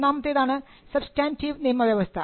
ഒന്നാമത്തേതാണ് substantive നിയമവ്യവസ്ഥ